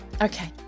Okay